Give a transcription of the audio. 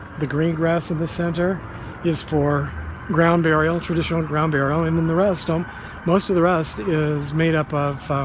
the green grass of the center is for ground burial traditional ground barrow and in the rest, um most of the rest is made up of